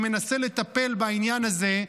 שמנסה לטפל בעניין הזה,